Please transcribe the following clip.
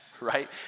right